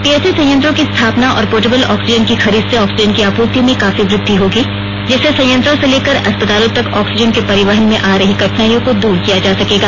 PSA संयंत्रों की स्थापना और पोर्टेबल ऑक्सीजन की खरीद से ऑक्सीजन की आपूर्ति में काफी वृद्वि होगी जिससे संयत्रों से लेकर अस्पतालों तक ऑक्सीजन के परिवहन में आ रही कठिनाईयों को दूर किया जा सकेगा